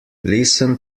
listen